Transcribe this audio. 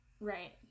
right